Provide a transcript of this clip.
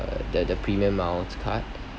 the the premium amounts card